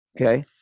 okay